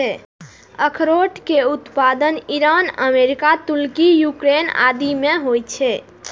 अखरोट के उत्पादन ईरान, अमेरिका, तुर्की, यूक्रेन आदि मे होइ छै